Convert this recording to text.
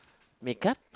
makeup